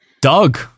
Doug